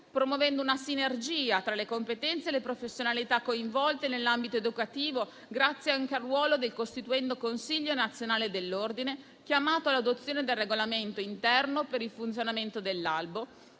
promuovendo una sinergia tra le competenze e le professionalità coinvolte nell'ambito educativo, grazie anche al ruolo del costituendo Consiglio nazionale dell'ordine chiamato all'adozione del regolamento interno per il funzionamento dell'albo,